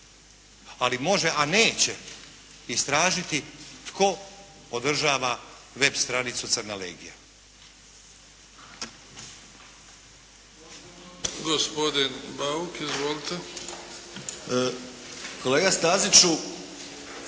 ali može a neće istražiti tko održava web stranicu crna legija.